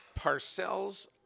Parcells